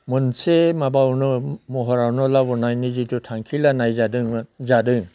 मोनसे माबायावनो महरावनो लाबोनायनि जिथु थांखि लानाय जादोंमोन जादों